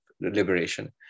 liberation